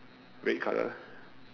red color